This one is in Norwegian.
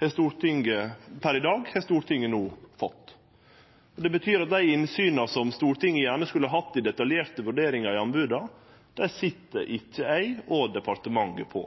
per i dag, har Stortinget no fått. Det betyr at dei innsyna som Stortinget gjerne skulle hatt i detaljerte vurderingar i anboda, sit ikkje eg og departementet på.